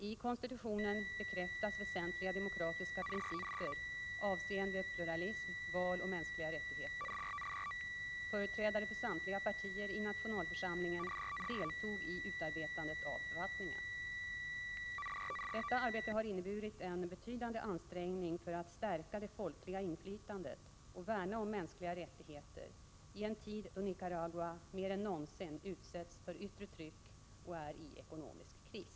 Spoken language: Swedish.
I konstitutio nen bekräftas väsentliga demokratiska principer avseende pluralism, val och mänskliga rättigheter. Företrädare för samtliga partier i nationalförsamlingen deltog i utarbetandet av författningen. Detta arbete har inneburit en betydande ansträngning för att stärka det folkliga inflytandet och värna om mänskliga rättigheter i en tid då Nicaragua mer än någonsin utsätts för yttre tryck och är i ekonomisk kris.